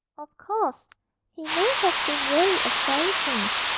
of course he may have been really a fairy prince,